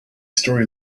story